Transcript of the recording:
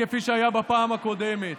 כפי שהיה בפעם הקודמת.